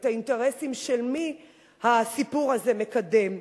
את האינטרסים של מי הסיפור הזה מקדם?